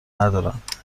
ندارند